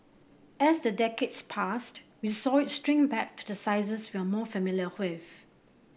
as the decades passed we saw it shrink back to the sizes we are more familiar with